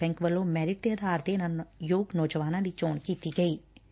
bank ਵਲੋਂ merit ਦੇ ਆਧਾਰ 'ਤੇ 'ਇਨੂਾਂ ਯੋਗ ਨੌਜਵਾਨਾਂ ਦੀ ਚੋਣ ਕੀਤੀ ਗਈ ਐੱ